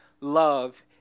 love